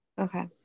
Okay